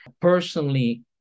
personally